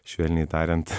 švelniai tariant